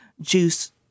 juice